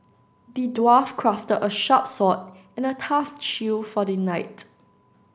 the dwarf crafted a sharp sword and a tough shield for the knight